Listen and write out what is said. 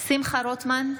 שמחה רוטמן,